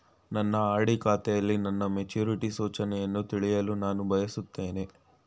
ನನ್ನ ಆರ್.ಡಿ ಖಾತೆಯಲ್ಲಿ ನನ್ನ ಮೆಚುರಿಟಿ ಸೂಚನೆಯನ್ನು ತಿಳಿಯಲು ನಾನು ಬಯಸುತ್ತೇನೆ